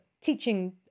teaching